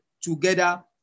together